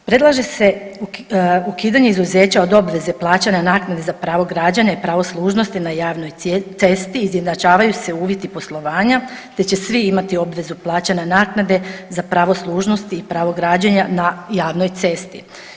Predlaže se ukidanje izuzeća od obveze plaćanja naknade za pravo građenja i pravo služnosti na javnoj cesti, izjednačavaju se uvjeti poslovanja te će svi imati obvezu plaćanja naknade za pravo služnosti i pravo građenja na javnoj cesti.